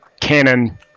cannon